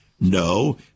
No